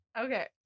Okay